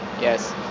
yes